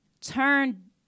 turn